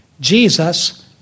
Jesus